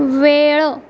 वेळ